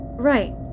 Right